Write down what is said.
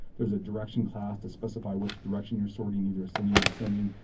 there is a direction class to specify which direction you're sorting, either ascending, descending.